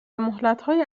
مهلتهای